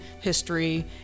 history